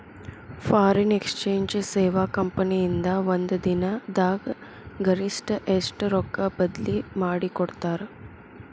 Foreign exchange ಸೇವಾ company ಇಂದಾ ಒಂದ್ ದಿನ್ ದಾಗ್ ಗರಿಷ್ಠ ಎಷ್ಟ್ ರೊಕ್ಕಾ ಬದ್ಲಿ ಮಾಡಿಕೊಡ್ತಾರ್?